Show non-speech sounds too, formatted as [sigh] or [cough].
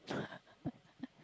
[laughs]